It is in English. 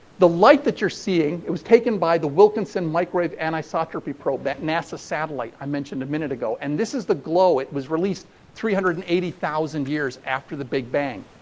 the light that you're seeing it was taken by the wilkinson microwave anisotropy probe, that nasa satellite i mentioned a minute ago, and this is the glow that was released three hundred and eighty thousand years after the big bang.